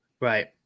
Right